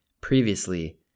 previously